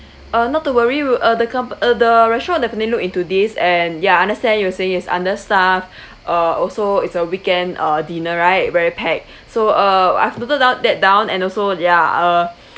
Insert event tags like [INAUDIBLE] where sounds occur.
uh not to worry we'll uh the com~ uh the restaurant definitely look into this and ya understand you saying it's understaffed [BREATH] uh also it's a weekend uh dinner right very packed [BREATH] so uh I've noted down that down and also ya uh